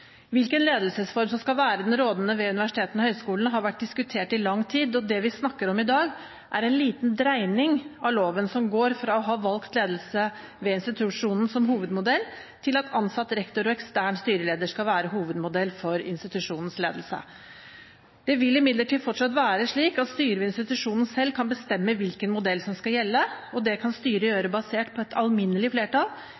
Hvilken ledelsesform som skal være den rådende ved universitetene og høyskolene, har vært diskutert i lang tid, og det vi snakker om i dag, er en liten dreining av loven, som går fra å ha valgt ledelse ved institusjonen som hovedmodell til at ansatt rektor og ekstern styreleder skal være hovedmodell for institusjonens ledelse. Det vil imidlertid fortsatt være slik at styret ved institusjonen selv kan bestemme hvilken modell som skal gjelde, og det kan styret